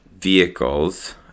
vehicles